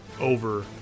over